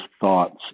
thoughts